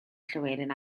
llywelyn